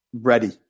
ready